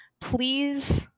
please